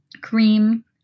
cream